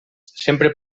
sempre